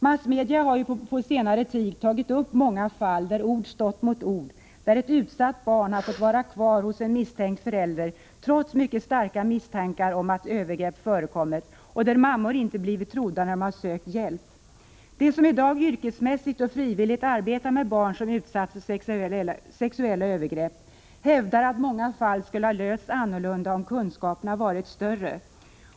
Massmedia har på senare tid tagit upp många fall där ord har stått mot ord, där ett utsatt barn har fått vara kvar hos en misstänkt förälder, trots mycket starka misstankar om att övergrepp förekommer, och där mammor inte har blivit trodda när de har sökt hjälp. De som i dag yrkesmässigt och frivilligt arbetar med barn som utsatts för sexuella övergrepp hävdar att många fall skulle ha lösts annorlunda om kunskapen hade varit större.